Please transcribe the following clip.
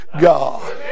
God